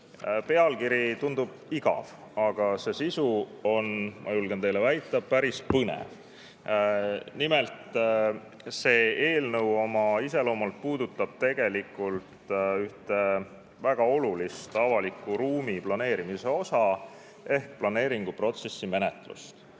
pealkiri tundub igav, aga sisu on, ma julgen teile väita, päris põnev. Nimelt, see eelnõu oma iseloomult puudutab ühte väga olulist avaliku ruumi planeerimise osa ehk planeeringuprotsessi menetlust. Ja